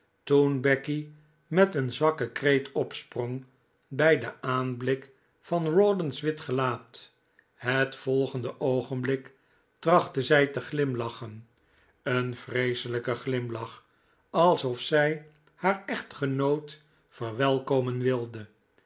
toen becky met een zwakken kreet opsprong bij den aanblik van rawdon's wit gelaat het volgend oogenblik trachtte zij te glimlachen een vreeselijken glimlach alsof zij haar echtgenoot verwelkomen wilde